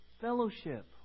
fellowship